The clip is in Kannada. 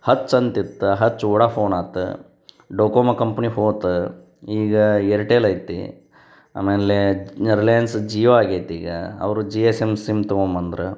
ಹಚ್ ಅಂತ ಇತ್ತು ಹಚ್ ವೊಡಾಫೋನ್ ಆತು ಡೋಕೊಮೊ ಕಂಪ್ನಿ ಹೋತು ಈಗ ಏರ್ಟೆಲ್ ಐತಿ ಆಮೇಲೆ ರಿಲಯನ್ಸ್ ಜಿಯೋ ಆಗೈತಿ ಈಗ ಅವರು ಜಿಯೋ ಸಿಮ್ ಸಿಮ್ ತಗೊಂಬಂದ್ರು